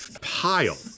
Pile